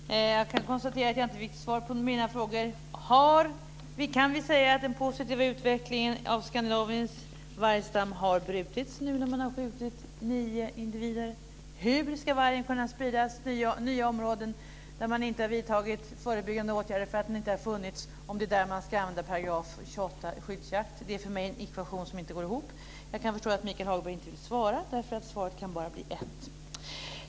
Fru talman! Jag kan konstatera att jag inte fick svar på mina frågor. Kan vi säga att vargstammens positiva utveckling i Skandinavien har brutits nu när man har skjutit nio individer? Hur ska vargen kunna spridas till nya områden där man inte har vidtagit förebyggande åtgärder därför att vargen inte har funnits, om man där ska använda 28 § för skyddsjakt? Det är för mig en ekvation som inte går ihop. Jag kan förstå att Michael Hagberg inte vill svara eftersom svaret bara kan bli ett.